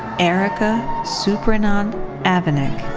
erika surprenant avanic.